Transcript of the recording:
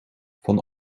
van